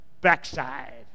backside